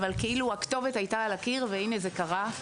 אבל כאילו הכתובת הייתה על הקיר והנה זה קרה,